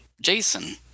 Jason